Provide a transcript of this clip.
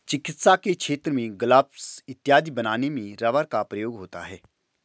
चिकित्सा के क्षेत्र में ग्लब्स इत्यादि बनाने में रबर का प्रयोग होता है